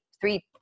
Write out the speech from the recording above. three